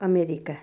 America